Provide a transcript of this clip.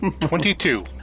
Twenty-two